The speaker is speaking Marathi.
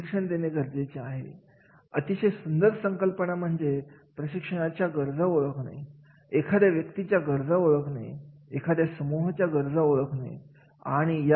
एवढेच नव्हे तर सद्यस्थितीमध्ये सुद्धा जेव्हा मनुष्यबळ विभाग एखादी गोष्ट जर नियोजन करत असतो तर ते कर्मचाऱ्यांच्या आवक जावक याविषयी विचार करत असतो